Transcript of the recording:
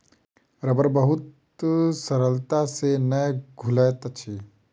रबड़ बहुत सरलता से नै घुलैत अछि